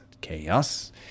Chaos